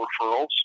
referrals